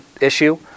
issue